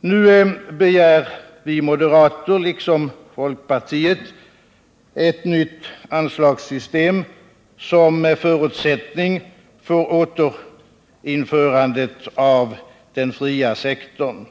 Nu begär vi moderater liksom folkpartiet ett nytt anslagssystem som förutsättning för återinförandet av den fria sektorn.